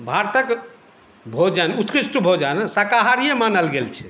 भारतक भोजन उत्कृष्ट भोजन शाकाहारिए मानल गेल छै